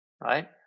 right